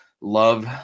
love